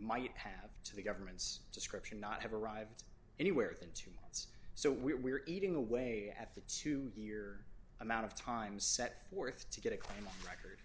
might have to the government's description not have arrived anywhere in two months so we are eating away at the two year amount of time set forth to get a criminal record